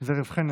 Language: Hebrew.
זה רווחי נפט.